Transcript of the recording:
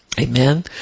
Amen